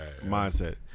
mindset